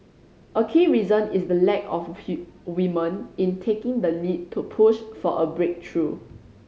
a key reason is the lack of women in taking the lead to push for a breakthrough